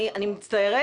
אני מצטערת,